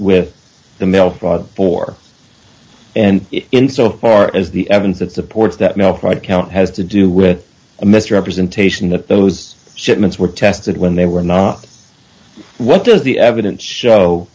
with the mail fraud for and in so far as the evidence that supports that no fraud count has to do with a misrepresentation that those shipments were tested when they were not what does the evidence show